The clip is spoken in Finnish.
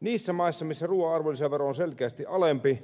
niissä maissa missä ruuan arvonlisävero on selkeästi alempi